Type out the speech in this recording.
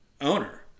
owner